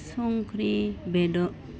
संख्रि बेदर